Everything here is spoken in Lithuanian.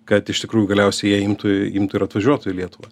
kad iš tikrųjų galiausiai jie imtų imtų ir atvažiuotų į lietuvą